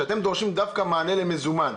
אתם דורשים דווקא מענה למזומן.